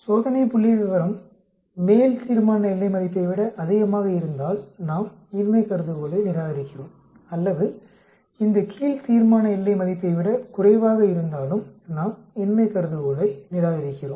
சோதனை புள்ளிவிவரம் மேல் தீர்மான எல்லை மதிப்பை விட அதிகமாக இருந்தால் நாம் இன்மை கருதுகோளை நிராகரிக்கிறோம் அல்லது இந்த கீழ் தீர்மான எல்லை மதிப்பை விட குறைவாக இருந்தாலும் நாம் இன்மை கருதுகோளை நிராகரிக்கிறோம்